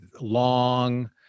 long